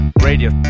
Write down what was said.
Radio